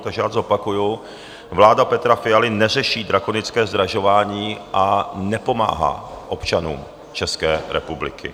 Takže já zopakuji Vláda Petra Fialy neřeší drakonické zdražování a nepomáhá občanům České republiky.